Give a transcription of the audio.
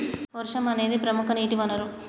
వర్షం అనేదిప్రముఖ నీటి వనరు